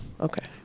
Okay